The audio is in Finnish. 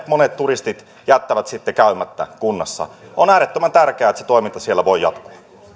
monet turistit jättävät sitten käymättä kunnassa on äärettömän tärkeää että se toiminta siellä voi